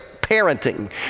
parenting